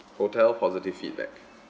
hotel positive feedback